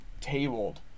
tabled